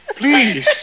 Please